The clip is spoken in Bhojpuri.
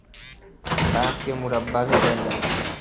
बांस के मुरब्बा भी बन जाला